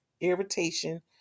irritation